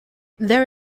there